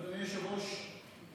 אדוני היושב-ראש,